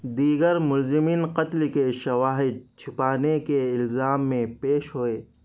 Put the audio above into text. دیگر ملزمین قتل کے شواہد چھپانے کے الزام میں پیش ہوئے